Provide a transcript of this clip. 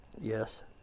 yes